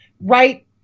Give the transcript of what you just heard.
right